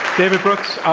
david brooks,